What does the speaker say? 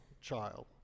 child